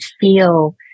feel